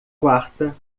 quarta